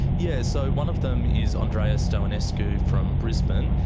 yes, so one of them is andreea stoenescu from brisbane.